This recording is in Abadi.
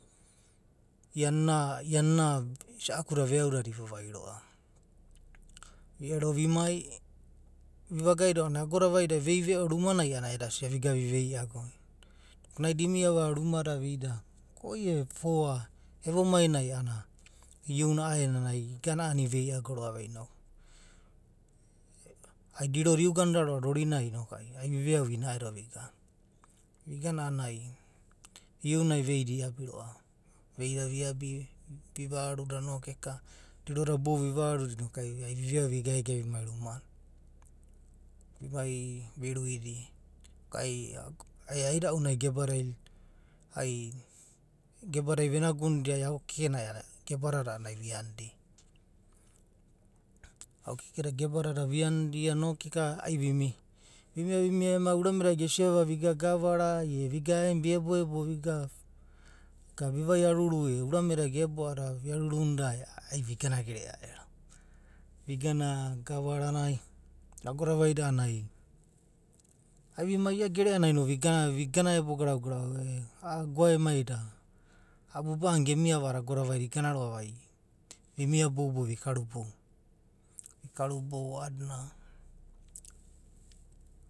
Iana, iana ena isa’aku da veau dada i uevai roa’va. Viere vimai viva gaida a’nanana agoda vaida vei veo ruma nai a’anana ai eda sia vigana u vei agoo. Naida imiava ruma da vida koi e’aena foa. eve main ai a’anana iu naka a’aenanai ivei ago roa va. Ai dilo da iuganida roa’va rorinai noku ai vi veau vi naedo vigana. vigana a’ananai in rai vei da aiabi roa veida viabi. viva’aruda naku eka dilo da bou dadai uivaiaruda noku eka ai viveau vi gaegae vimai. uimai ruma. vimai vimai virui dia, noku ai aida una geba da ai venagunaidia agokekenai geba dada a’adada ai uiani dia. Ago keke da geba dada viani da noku eka a’ananai. ai vimia vimia ema uname da gesiava vigana gavara ai e, vi ebo ebo viga viua’aruru urame da gebo va a’adada viarurinida e ai vigana gerea ere. Vigana gavara nai. agoda vaida ai vimai ia gereanai no vigana ebo garau garau. ala goae mai da abu ba’ananai gemiava a’adada agoda vaida igana roa viavia boubou vikarobou. uikaiubou a’adina.